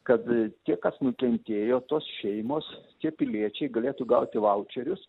kad tie kas nukentėjo tos šeimos tie piliečiai galėtų gauti vaučerius